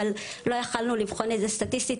אבל לא יכולנו לבחון את זה סטטיסטית,